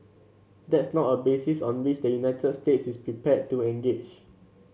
that's not a basis on which the United States is prepared to engage